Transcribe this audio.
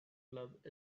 club